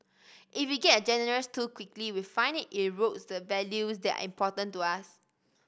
if we get generous too quickly we find it erodes the values that are important to us